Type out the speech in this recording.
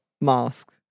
mask